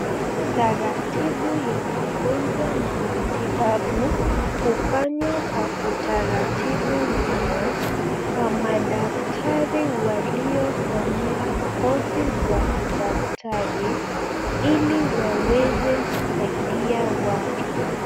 Taratibu ya magonjwa na matibabu hufanywa kwa utaratibu mno kwa madaktari waliosomea kozi za udaktari ili waweze kusaidia watu.